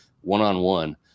one-on-one